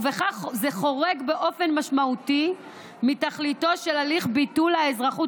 ובכך הוא חורג באופן משמעותי מתכליתו של הליך ביטול האזרחות